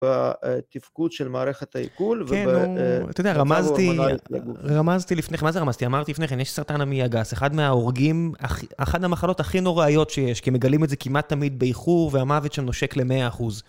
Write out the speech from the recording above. בתפקוד של מערכת העיכול וב... כן, נו... הורמונלית לגוף. אתה יודע, רמזתי, רמזתי לפני כן, מה זה רמזתי? אמרתי לפני כן, יש סרטן המעי הגס, אחד מההורגים, אחת המחלות הכי נוראיות שיש, כי מגלים את זה כמעט תמיד באיחור, והמוות שם נושק ל-100 אחוז.